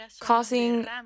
causing